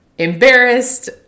Embarrassed